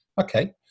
Okay